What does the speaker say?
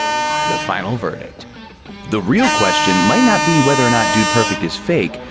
the final verdict the real question might not be whether or not dude perfect is fake,